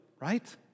right